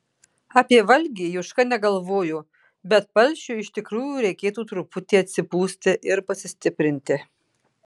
apie valgį juška negalvojo bet palšiui iš tikrųjų reikėtų truputį atsipūsti ir pasistiprinti